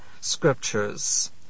scriptures